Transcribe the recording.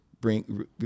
bring